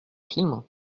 film